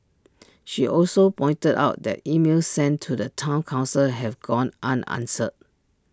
she also pointed out that emails sent to the Town Council have gone unanswered